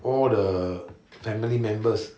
all the family members